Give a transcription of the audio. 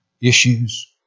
issues